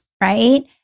right